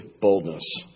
boldness